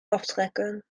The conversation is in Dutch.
aftrekken